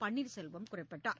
பன்னீர்செல்வம் குறிப்பிட்டார்